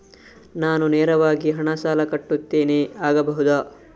ನಾನು ನೇರವಾಗಿ ಹಣ ಸಾಲ ಕಟ್ಟುತ್ತೇನೆ ಆಗಬಹುದ?